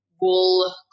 wool